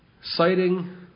citing